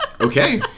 Okay